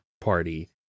Party